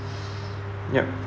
ya